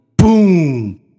Boom